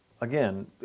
Again